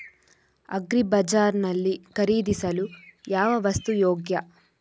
Agri ಬಜಾರ್ ನಲ್ಲಿ ಖರೀದಿಸಲು ಯಾವ ವಸ್ತು ಯೋಗ್ಯ?